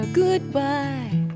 goodbye